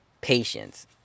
patience